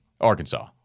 Arkansas